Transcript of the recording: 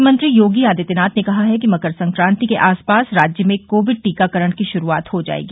मुख्यमंत्री योगी आदित्यनाथ ने कहा है कि मकर संक्रांति के आसपास राज्य में कोविड टीकाकरण की शुरूआत हो जायेगी